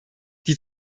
die